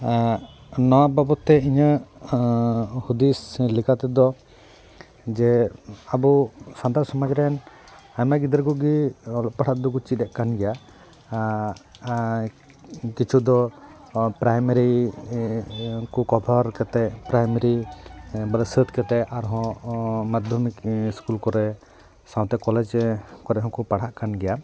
ᱱᱚᱣᱟ ᱵᱟᱵᱚᱫ ᱛᱮ ᱤᱧᱟᱹᱜ ᱦᱩᱫᱤᱥ ᱞᱮᱠᱟ ᱛᱮᱫᱚ ᱡᱮ ᱟᱵᱚ ᱥᱟᱱᱛᱟᱲ ᱥᱚᱢᱟᱡᱽ ᱨᱮᱱ ᱟᱭᱢᱟ ᱜᱤᱫᱟᱹᱨ ᱠᱚᱜᱮ ᱚᱞᱚᱜ ᱯᱟᱲᱦᱟᱜ ᱫᱚᱠᱚ ᱪᱮᱫᱮᱫ ᱠᱟᱱ ᱜᱮᱭᱟ ᱠᱤᱪᱷᱩ ᱫᱚ ᱯᱨᱟᱭᱢᱟᱨᱤ ᱠᱚ ᱠᱚᱵᱷᱟᱨ ᱠᱟᱛᱮᱫ ᱯᱨᱟᱭᱢᱟᱨᱤ ᱵᱚᱞᱮ ᱥᱟᱹᱛ ᱠᱟᱛᱮᱫ ᱟᱨᱦᱚᱸ ᱢᱟᱫᱽᱫᱷᱚᱢᱤᱠ ᱤᱥᱠᱩᱞ ᱠᱚᱨᱮ ᱥᱟᱶᱛᱮ ᱠᱚᱞᱮᱡᱽ ᱠᱚᱨᱮ ᱦᱚᱠᱚ ᱯᱟᱲᱦᱟᱜ ᱠᱟᱱ ᱜᱮᱭᱟ